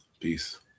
Peace